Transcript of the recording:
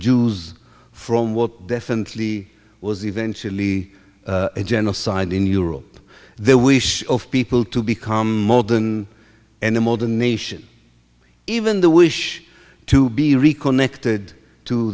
jews from what definitely was eventually a genocide in europe their wish of people to become more than animal to nation even the wish to be reconnected to